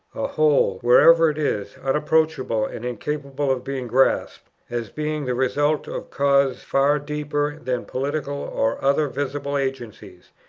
a whole wherever it is, unapproachable and incapable of being grasped, as being the result of causes far deeper than political or other visible agencies,